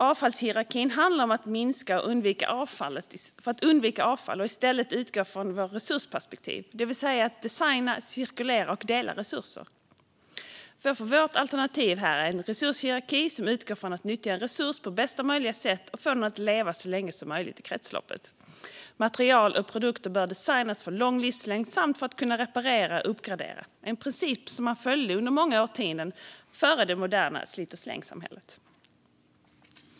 Avfallshierarkin handlar om att minska och undvika avfall i stället för att utgå från resursperspektivet, det vill säga att designa, cirkulera och dela resurser. Vårt alternativ är en resurshierarki som utgår från att nyttja en resurs på bästa möjliga sätt och få den att leva så länge som möjligt i kretsloppet. Material och produkter bör designas för lång livslängd samt för att kunna repareras och uppgraderas. Detta var en princip som man följde under många årtionden före det moderna slit-och-släng-samhället.